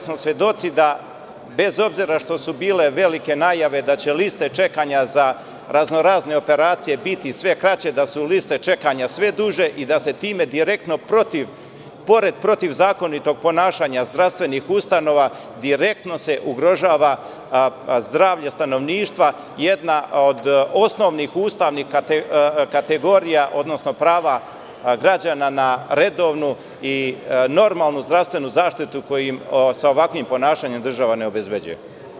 Svedoci smo da bez obzira što su bile velike najave da će liste čekanja za raznorazne operacije biti sve kraće da su liste čekanja sve druže i da se time direktno protiv pored protiv zakonitog ponašanja zdravstvenih ustanova direktno se ugrožava zdravlje stanovništva, jedna od osnovnih ustavnih kategorija, odnosno prava građana na redovnu i normalnu zdravstvenu zaštitu koju im sa ovakvim ponašanjem država ne obezbeđuje.